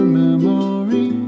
memory